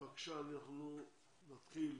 בבקשה, נתחיל